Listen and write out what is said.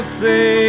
say